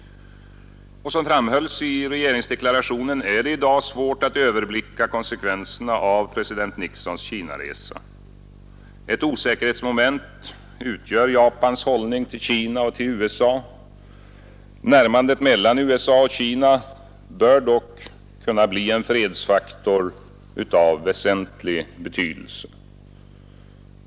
Som framhölls i regeringsdeklarationen är det i dag svårt att överblicka konsekvenserna av president Nixons Kinaresa. Ett osäkerhetsmoment utgör Japans hållning till Kina och till USA. Närmandet mellan USA och Kina bör dock kunna bli en fredsfaktor av väsentlig betydelse.